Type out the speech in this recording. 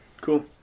cool